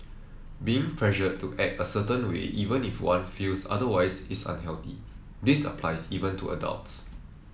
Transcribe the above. being pressured to act a certain way even if one feels otherwise is unhealthy this applies even to adults